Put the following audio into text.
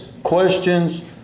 Questions